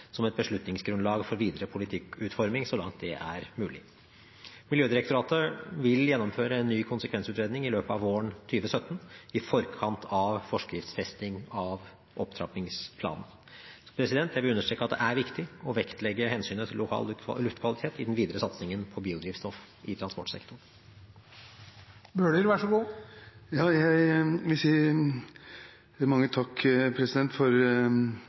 som et beslutningsgrunnlag for videre politikkutforming, så langt det er mulig. Miljødirektoratet vil gjennomføre en ny konsekvensutredning i løpet av våren 2017, i forkant av forskriftsfesting av opptrappingsplanen. Jeg vil understreke at det er viktig å vektlegge hensynet til lokal luftkvalitet i den videre satsingen på biodrivstoff i